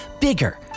Bigger